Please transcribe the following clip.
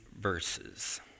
verses